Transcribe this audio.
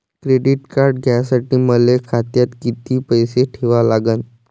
Credit card घ्यासाठी मले खात्यात किती पैसे ठेवा लागन?